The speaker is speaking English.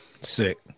sick